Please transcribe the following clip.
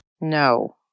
No